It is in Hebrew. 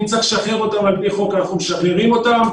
אם צריך לשחרר אותם על פי חוק אנחנו משחררים אותם,